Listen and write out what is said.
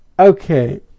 Okay